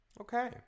Okay